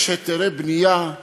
הוא